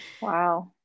wow